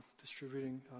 distributing